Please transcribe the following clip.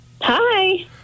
Hi